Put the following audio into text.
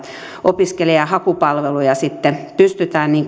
opiskelija ja hakupalveluja sitten pystytään